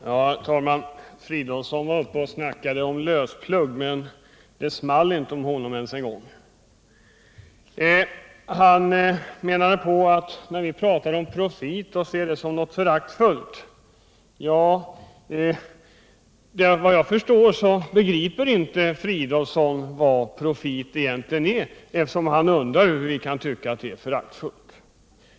Herr talman! Filip Fridolfsson var uppe och talade om lösplugg, men det small inte ens om honom! Filip Fridolfsson menade att vi talar föraktfullt om profit och ser profiten som någonting föraktligt. Enligt vad jag förstår begriper inte Filip Fridolfsson vad profit egentligen är, eftersom han undrar hur vi kan tycka att profit är föraktligt.